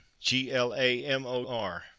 G-L-A-M-O-R